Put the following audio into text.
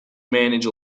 manage